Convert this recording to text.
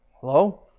Hello